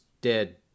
dead